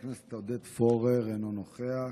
חבר הכנסת עודד פורר, אינו נוכח.